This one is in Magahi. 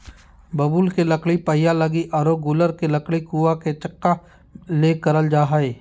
बबूल के लकड़ी पहिया लगी आरो गूलर के लकड़ी कुआ के चकका ले करल जा हइ